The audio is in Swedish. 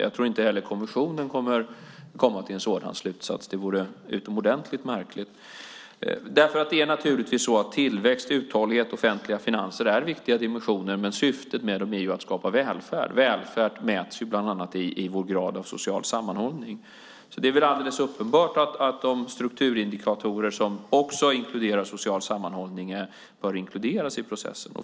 Jag tror inte heller att kommissionen kommer till någon sådan slutsats. Det vore utomordentligt märkligt i så fall. Tillväxt, uthållighet och offentliga finanser är naturligtvis viktiga dimensioner, men syftet med dem är ju att skapa välfärd. Välfärd mäts bland annat i vår grad av social sammanhållning. Det är väl alldeles uppenbart att de strukturindikatorer som också inkluderar social sammanhållning bör inkluderas i processen.